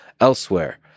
elsewhere